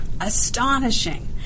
astonishing